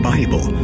Bible